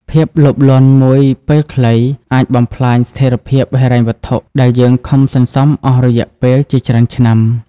ភាពលោភលន់មួយពេលខ្លី អាចបំផ្លាញស្ថិរភាពហិរញ្ញវត្ថុដែលយើងខំសន្សំអស់រយៈពេលជាច្រើនឆ្នាំ។